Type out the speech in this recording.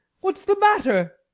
what's the matter?